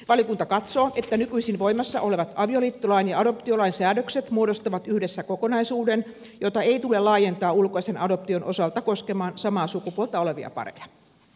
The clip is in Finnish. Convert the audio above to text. valiokunta katsoo että nykyisin voimassa olevat avioliittolain ja adoptiolain säädökset muodostavat yhdessä kokonaisuuden jota ei tule laajentaa ulkoisen adoption osalta koskemaan samaa sukupuolta olevia pareja